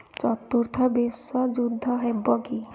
ଚତୁର୍ଥ ବିଶ୍ୱଯୁଦ୍ଧ ହେବ କି